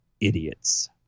idiots